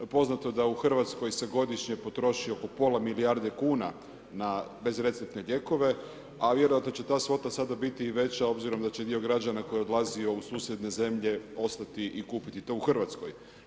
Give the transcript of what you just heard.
Poznato je da u Hrvatskoj se godišnje potroši oko pola milijarde kuna na bezreceptne lijekove a vjerojatno će ta svota sada biti i veća obzirom da će dio građana koji je odlazio u susjedne zemlje ostati i kupiti to u Hrvatskoj.